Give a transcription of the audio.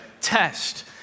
test